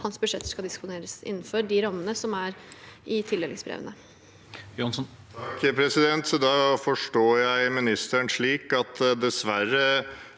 hans budsjetter skal disponeres, innenfor de rammene som er gitt i tildelingsbrevene.